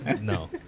No